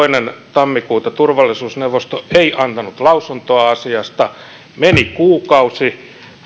tammikuuta turvallisuusneuvosto ei antanut lausuntoa asiasta meni kuukausi